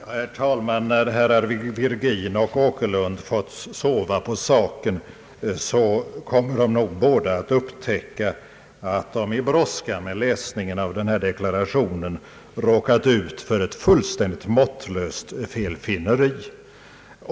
Herr talman! När herrar Virgin och Åkerlund fått sova på saken kommer de nog båda att upptäcka att de i brådskan vid läsningen av den här deklarationen råkat ut för ett fullständigt måttlöst felfinneri.